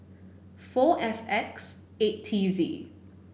four F X eight T Z